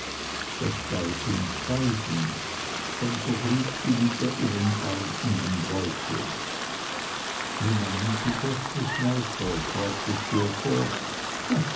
das galt uns beiden dann vergrub sie wieder ihren arm in den beutel wie meinen sie das miß mowcher fragte steerforth